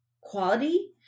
quality